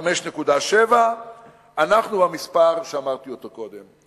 5.7. אנחנו במספר שאמרתי קודם.